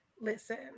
Listen